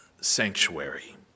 sanctuary